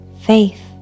faith